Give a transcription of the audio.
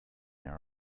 there